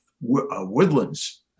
woodlands